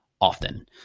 often